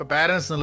Parents